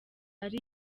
ari